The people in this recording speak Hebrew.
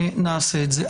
נעשה את זה.